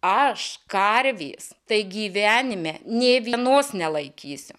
aš karvės tai gyvenime nė vienos nelaikysiu